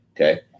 okay